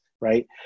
right